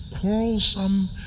quarrelsome